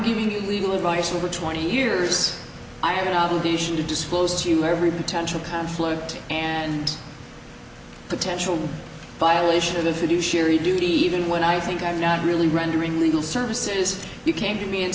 giving legal advice over twenty years i have an obligation to disclose to you every potential conflict and potential violation of the fiduciary duty even when i think i'm not really rendering legal services you came to me and